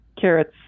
carrots